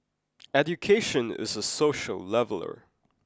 education is a social leveller